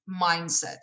mindset